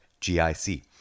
GIC